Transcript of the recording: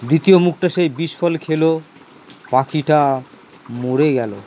দ্বিতীয় মুখটা সেই বিষফল খেল পাখিটা মরে গেল